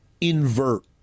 invert